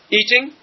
eating